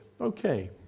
Okay